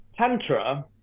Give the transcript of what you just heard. tantra